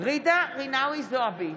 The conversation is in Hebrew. ג'ידא רינאוי זועבי,